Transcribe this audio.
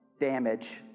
damage